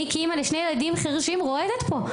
אני כאימא לשני ילדים חירשים רועדת פה,